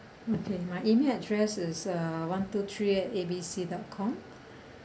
okay my email address is uh one two three at A B C dot com